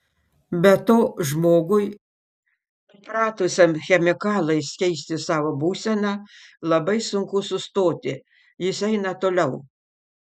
be to žmogui pripratusiam chemikalais keisti savo būseną labai sunku sustoti jis eina toliau